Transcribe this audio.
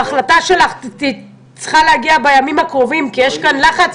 ההחלטה שלך צריכה להגיע בימים הקרובים כי יש כאן לחץ ציבורי.